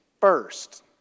first